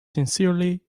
sincerely